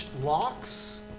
Locks